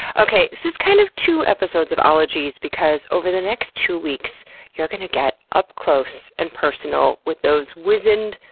okay, this is kind of two episodes of ologies because over the next two weeks you're gonna get up close and personal with those wizened,